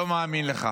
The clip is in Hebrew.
לא מאמין לך.